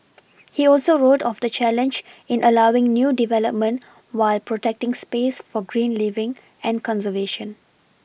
he also wrote of the challenge in allowing new development while protecting space for green living and conservation